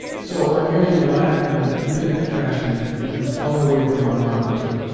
so, i merely laughed in an impudent fashion and flung away from my monitor.